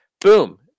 Boom